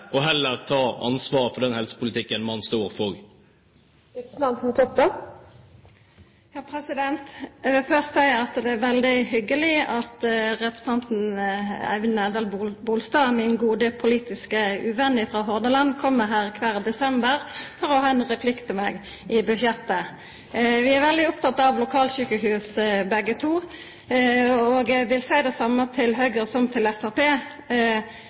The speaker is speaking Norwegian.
og heller ta ansvar for den helsepolitikken man står for. Eg vil først seia at det er veldig hyggeleg at representanten Eivind Nævdal-Bolstad, min gode politiske venn frå Hordaland, kjem her kvar desember for å ha ein replikk på meg i budsjettdebatten. Vi er veldig opptekne av lokalsjukehus, begge to. Eg vil seia det same til Høgre som til